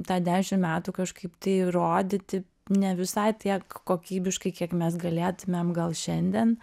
tą dešimt metų kažkaip tai rodyti ne visai tiek kokybiškai kiek mes galėtumėm gal šiandien